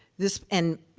this and you